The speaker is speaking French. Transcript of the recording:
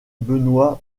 benoist